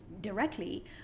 directly